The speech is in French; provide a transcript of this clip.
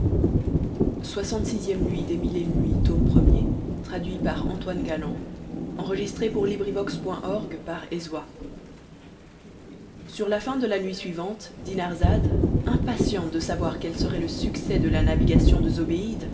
sur la fin de la nuit suivante dinarzade impatiente de savoir quel serait le succès de la navigation de